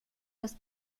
das